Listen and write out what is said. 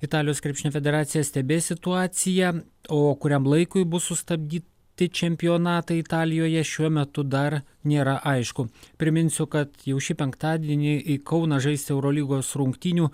italijos krepšinio federacija stebės situaciją o kuriam laikui bus sustabdyti čempionatai italijoje šiuo metu dar nėra aišku priminsiu kad jau šį penktadienį į kauną žais eurolygos rungtynių